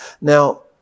Now